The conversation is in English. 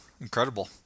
incredible